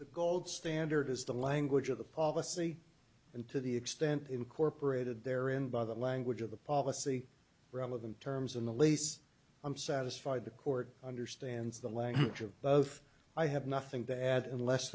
the gold standard is the language of the policy and to the extent incorporated there in by the language of the policy relevant terms in the lease i'm satisfied the court understands the language of both i have nothing to add unless